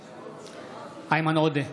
בעד איימן עודה,